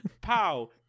Pow